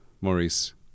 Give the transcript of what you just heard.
Maurice